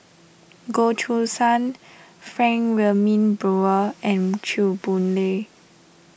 Goh Choo San Frank Wilmin Brewer and Chew Boon Lay